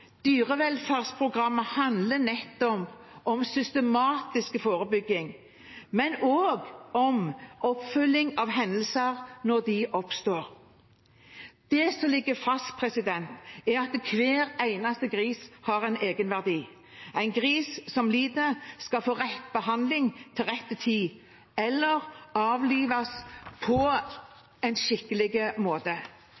Dyrevelferdsprogrammet handler nettopp om systematisk forebygging, men også om oppfølging av hendelser når de oppstår. Det som ligger fast, er at hver eneste gris har egenverdi. En gris som lider, skal få rett behandling til rett tid eller avlives på